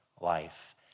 life